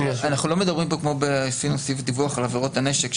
אנחנו לא מדברים פה כמו שעשינו סעיף דיווח על עבירות הנשק,